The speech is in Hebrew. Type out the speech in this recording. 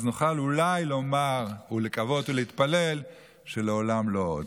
אז נוכל אולי לומר, לקוות ולהתפלל שלעולם לא עוד.